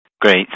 Great